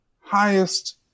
highest